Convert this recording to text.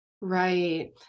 Right